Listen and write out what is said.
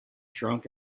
drunk